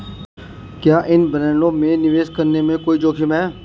क्या इन बॉन्डों में निवेश करने में कोई जोखिम है?